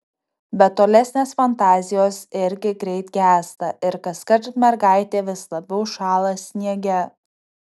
bet tolesnės fantazijos irgi greit gęsta ir kaskart mergaitė vis labiau šąla sniege